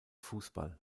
fußball